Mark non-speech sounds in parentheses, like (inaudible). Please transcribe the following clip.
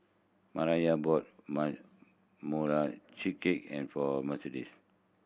Maiya bought (unintelligible) cheesecake and for Mercedes